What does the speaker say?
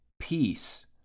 peace